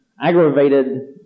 aggravated